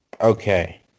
Okay